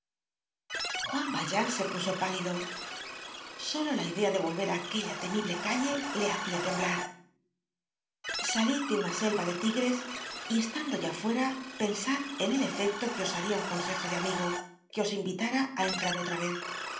juan valjean se puso pálido solo la idea de volver á aquella temible calle le hacia temblar salid de una selva de tigres y estando ya fuera pensad en el efecto que os haria un consejo de amigo que os invitara á entrar otra vez